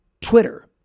Twitter